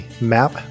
map